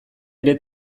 ere